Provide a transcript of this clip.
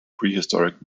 prehistoric